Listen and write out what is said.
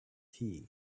tea